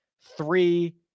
three